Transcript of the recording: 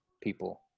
people